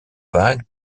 vague